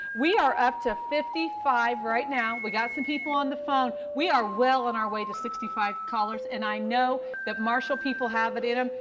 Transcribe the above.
we are up to fifty five right now. we got some people on the phone. we are well on our way to sixty five callers. and i know that marshall people have it in them.